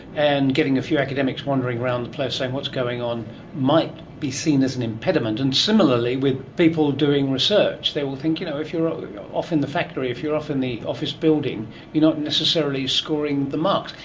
and getting a few academics wandering around the place saying what's going on might be seen as an impediment, and similarly with people doing research, they will think you know if you're off in the factory, if you're off in the office building you're not necessarily scoring the marks.